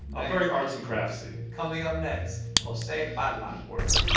i'm very arts and craftsy coming up next, jose parla word